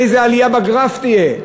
איזו עלייה בגרף תהיה.